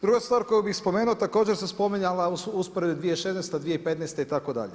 Druga stvar koju bih spomenula također se spominjala u usporedbi 2016., 2015. itd.